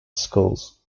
schools